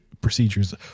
procedures